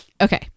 okay